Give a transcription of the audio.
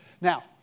Now